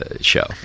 show